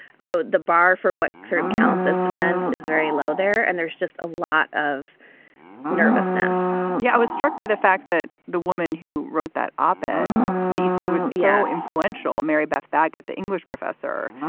so the bar for what sort of counts as dissent is very low there and there's just a lot of nervousness yeah, i was struck by the fact that the woman who wrote that op ed that you said was so yeah influential, mary beth baggett, the english professor,